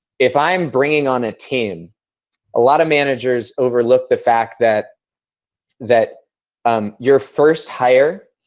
if i'm bringing on a team a lot of managers overlook the fact that that um your first hire,